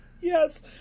Yes